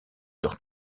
heures